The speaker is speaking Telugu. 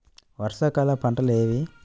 వర్షాకాలం పంటలు ఏవి?